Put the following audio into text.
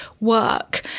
work